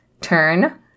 Turn